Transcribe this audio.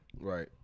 Right